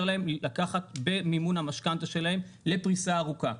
להם לקחת במימון המשכנתא שלהם לפריסה ארוכה.